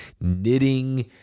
knitting